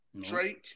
Drake